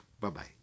Bye-bye